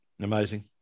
Amazing